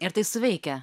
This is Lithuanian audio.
ir tai suveikia